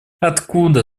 откуда